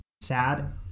sad